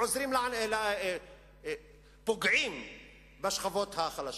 שפוגעים בשכבות החלשות.